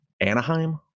Anaheim